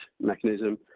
mechanism